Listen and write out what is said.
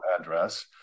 address